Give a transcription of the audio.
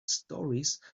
stories